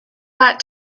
that